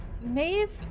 Maeve